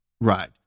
Right